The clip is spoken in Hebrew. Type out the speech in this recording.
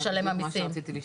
למשלם המסים.